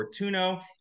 Fortuno